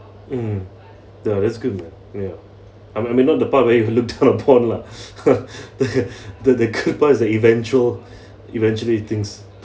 mm ya that's good man ya I mean not the part where you're looked down upon lah the the good part is the eventual eventually things